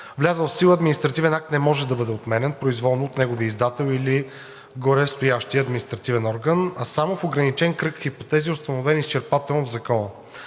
Влязъл в сила административен акт не може да бъде отменян произволно от неговия издател или горестоящия административен орган, а само в ограничен кръг хипотези, установени изчерпателно в закона.